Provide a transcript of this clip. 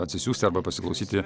atsisiųsti arba pasiklausyti